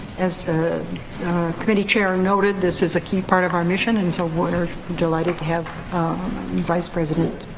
as the committee chair noted, this is a key part of our mission. and so, we're delighted to have vice president